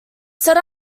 set